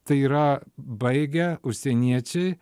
tai yra baigę užsieniečiai